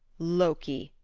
loki,